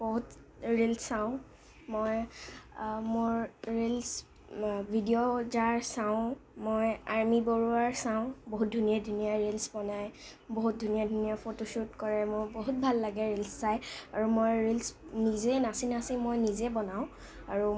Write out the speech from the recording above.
বহুত ৰিলচ চাওঁ মই মোৰ ৰিলচ ভিডিঅ' যাৰ চাওঁ মই আইমী বৰুৱাৰ চাওঁ বহুত ধুনীয়া ধুনীয়া ৰিলচ বনায় বহুত ধুনীয়া ধুনীয়া ফটো শ্ব'ট কৰে মোৰ বহুত ভাল লাগে ৰিলচ চায় আৰু মই ৰিলচ নিজেই নাচি নাচি মই নিজে বনাওঁ আৰু